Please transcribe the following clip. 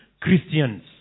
Christians